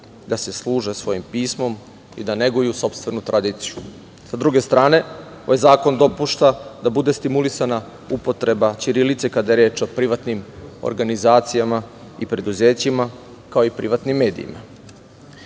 da se služe svojim pismom i da neguju sopstvenu tradiciju. Sa druge strane, ovaj zakon dopušta da bude stimulisana upotreba ćirilice kada je reč o privatnim organizacijama i preduzećima, kao i privatnim medijima. Mi